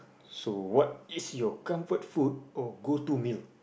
so what is your comfort food or go to meal